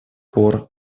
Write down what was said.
пор